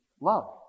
love